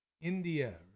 India